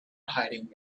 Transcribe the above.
hiding